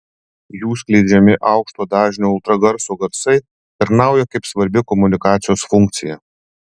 jų skleidžiami aukšto dažnio ultragarso garsai tarnauja kaip svarbi komunikacijos funkcija